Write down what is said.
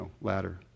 ladder